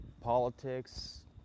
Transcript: politics